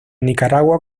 nicaragua